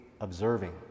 observing